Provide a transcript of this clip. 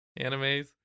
animes